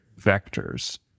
vectors